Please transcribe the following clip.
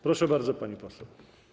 Proszę bardzo, pani poseł.